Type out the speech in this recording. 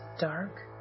dark